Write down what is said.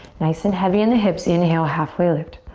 nice and heavy in the hips, inhale, halfway lift.